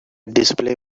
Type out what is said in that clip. display